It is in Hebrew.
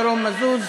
ירון מזוז,